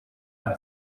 and